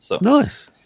Nice